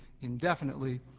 indefinitely